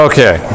Okay